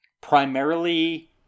Primarily